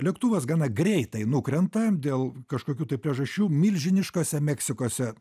lėktuvas gana greitai nukrenta dėl kažkokių tai priežasčių milžiniškose meksikose